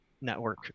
network